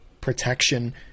protection